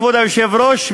כבוד היושב-ראש,